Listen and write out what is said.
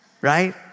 Right